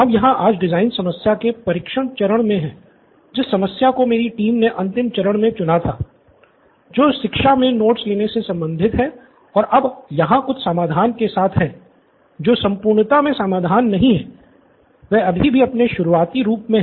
हम यहाँ आज डिज़ाइन समस्या के परीक्षण चरण मे हैं जिस समस्या को मेरी टीम ने अंतिम चरण में चुना था जो शिक्षा मे नोट्स लेने से संबंधित थी और अब हम यहाँ कुछ समाधान के साथ हैं जो संपूर्णता में समाधान नहीं हैं वे अभी भी अपने शुरुआती रूप में हैं